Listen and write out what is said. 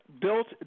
built